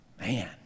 man